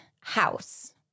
house